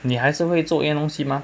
你还是会做一样的东西吗